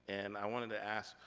and i wanted to ask,